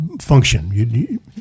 function